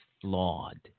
flawed